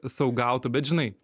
sau gautų bet žinai